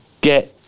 get